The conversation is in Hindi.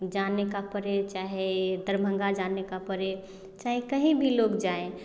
जाने का पड़े चाहे दरभंगा जाने का पड़े चाहें कहीं भी लोग जाएँ